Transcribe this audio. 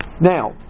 now